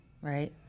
Right